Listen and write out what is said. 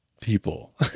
people